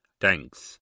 Thanks